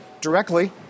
directly